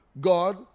God